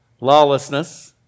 lawlessness